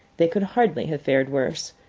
they could hardly have fared worse.